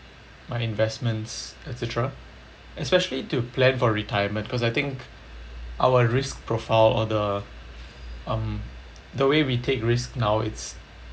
my investments et cetera especially to plan for retirement because I think our risk profile or the um the way we take risks now it's